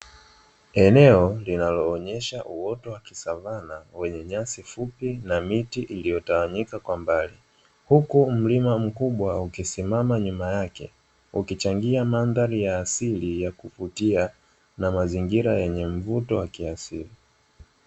Eneo linaloonyesha uoto wa kisavana wenye nyasi fupi na miti iliyotawanyika kwa mbali, huku mlima mkubwa ukisimama nyuma yake ukichangia mandhari ya asili ya kuvutia na mazingira yenye mzuto wa kiasili.